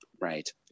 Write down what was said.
right